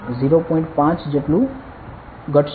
5 જેટલું ઘટશે